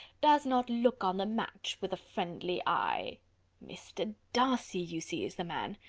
does not look on the match with a friendly eye mr. darcy, you see, is the man!